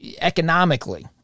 economically